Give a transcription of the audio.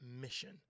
mission